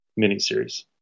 miniseries